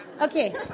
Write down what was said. Okay